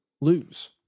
lose